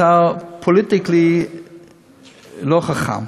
אתה פוליטיקלי לא-חכם,